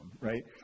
right